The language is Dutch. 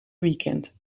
weekend